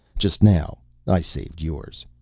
just now i saved yours.